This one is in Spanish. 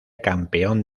campeón